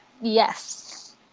Yes